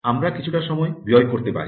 আমরা কিছুটা সময় ব্যয় করতে পারি